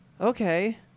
Okay